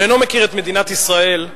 שאינו מכיר את מדינת ישראל,